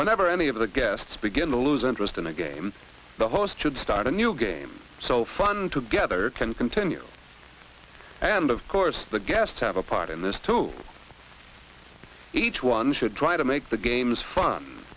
whenever any of the guests begin to lose interest in the game the host should start a new game so fun together can continue and of course the guests have a part in this too each one should try to make the games fun